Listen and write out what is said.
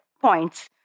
points